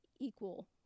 equal